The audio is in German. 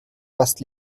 fast